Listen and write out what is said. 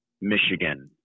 Michigan